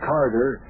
Carter